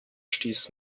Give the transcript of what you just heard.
stieß